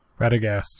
Radagast